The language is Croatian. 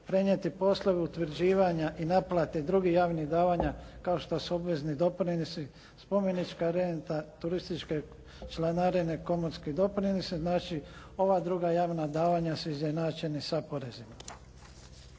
prenijeti poslovi utvrđivanja i naplate drugih javnih davanja kao što su obvezni doprinosi, spomenička renta, turističke članarine, komorski doprinosi. Znači, ova druga javna davanja su izjednačena sa porezima.